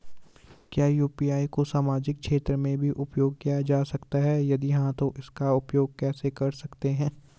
क्या यु.पी.आई को सामाजिक क्षेत्र में भी उपयोग किया जा सकता है यदि हाँ तो इसका उपयोग कैसे कर सकते हैं?